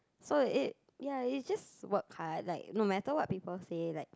so it ya it just work hard like no matter what people say like